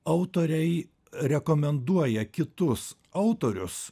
autoriai rekomenduoja kitus autorius